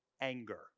anger